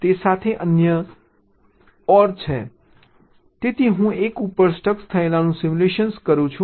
1 સાથે અન્ય OR 1 છે તેથી હું 1 ઉપર સ્ટક થયેલાનું સિમ્યુલેટ કરું છું